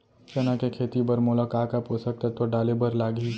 चना के खेती बर मोला का का पोसक तत्व डाले बर लागही?